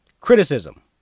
Criticism